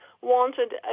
wanted